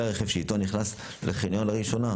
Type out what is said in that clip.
הרכב איתו הוא נכנס לחניון לראשונה,